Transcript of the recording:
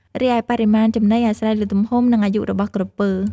រីឯបរិមាណចំណីអាស្រ័យលើទំហំ និងអាយុរបស់ក្រពើ។